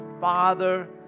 Father